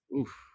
oof